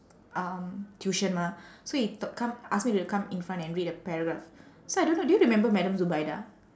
um tuition mah so he t~ come ask me to come in front and read a paragraph so I don't know do you remember madam zubaidah